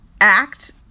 act